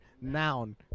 Noun